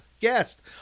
guest